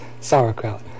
sauerkraut